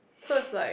so it's like